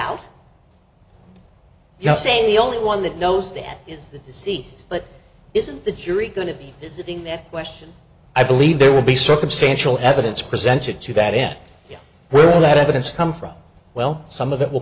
you're saying the only one that knows that is that the seat but isn't the jury going to be visiting that question i believe there will be circumstantial evidence presented to that in that evidence come from well some of it will